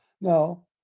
No